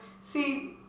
See